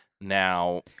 Now